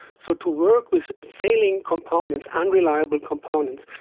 so to work with failing components, unreliable components,